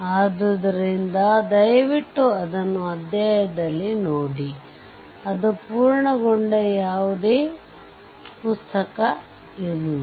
ಆದ್ದರಿಂದ ದಯವಿಟ್ಟು ಅದನ್ನು ಅಧ್ಯಾಯದಲ್ಲಿ ನೋಡಿ ಅದು ಪೂರ್ಣಗೊಂಡ ಯಾವುದೇ ಪುಸ್ತಕವಿಲ್ಲ